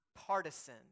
partisan